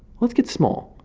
let's get small.